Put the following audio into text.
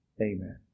Amen